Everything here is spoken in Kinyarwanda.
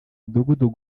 midugudu